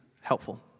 helpful